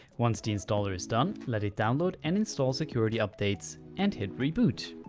once the installer is done let it download and install security updates and hit reboot.